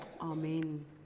Amen